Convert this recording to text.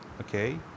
Okay